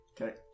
Okay